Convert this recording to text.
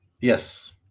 Yes